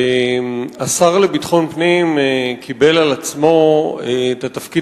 השר לביטחון פנים קיבל על עצמו את התפקיד